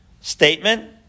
statement